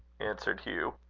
answered hugh.